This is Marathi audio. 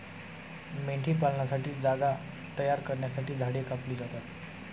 मेंढीपालनासाठी जागा तयार करण्यासाठी झाडे कापली जातात